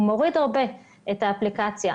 הוא הוריד הרבה את האפליקציה,